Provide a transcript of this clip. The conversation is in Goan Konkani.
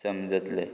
समजतलें